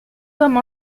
comme